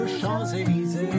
Champs-Élysées